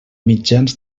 mitjans